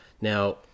Now